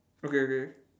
okay okay